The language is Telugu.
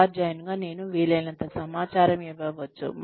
ఉపాధ్యాయునిగా నేను వీలైనంత సమాచారం ఇవ్వవచ్చు